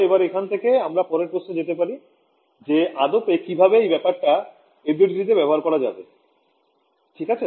এবার এখান থেকে আমরা পরের প্রশ্নে যেতে পারি যে আসলে কিভাবে এই ব্যপারটা FDTD তে ব্যবহার করা যাবে ঠিক আছে